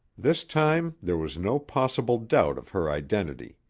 this time there was no possible doubt of her identity.